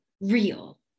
real